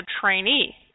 trainee